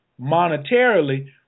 monetarily